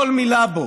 כל מילה בו,